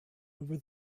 over